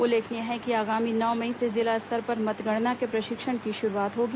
उल्लेखनीय है कि आगामी नौ मई से जिला स्तर पर मतगणना के प्रशिक्षण की शुरूआत होगी